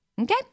Okay